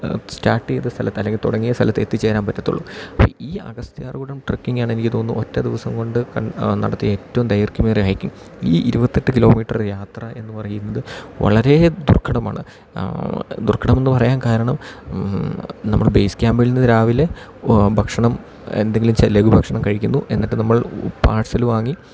start ചെയ്ത സ്ഥലത്ത് അല്ലെങ്കിൽ തുടങ്ങിയ സ്ഥലത്ത് എത്തിച്ചേരാൻ പറ്റത്തുള്ളു അപ്പം ഈ അഗസ്ത്യാർകൂടം ട്രെക്കിങ്ങാണ് എനിക്ക് തോന്നുന്നു ഒറ്റ ദിവസം കൊണ്ട് ക നടത്തിയ ഏറ്റവും ദൈർഘ്യമേറിയ ഹൈക്കിങ് ഈ ഇരുപത്തെട്ട് കിലോമീറ്റർ യാത്ര എന്ന് പറയുന്നത് വളരെ ദുർഘടമാണ് ദുർഘടമെന്ന് പറയാൻ കാരണം നമ്മള് ബേസ്ക്യാമ്പിൽ നിന്ന് രാവിലെ ഭക്ഷണം എന്തെങ്കിലും ചെല്ലുന്നു ഭക്ഷണം കഴിക്കുന്നു എന്നിട്ട് നമ്മൾ പാർസല് വാങ്ങി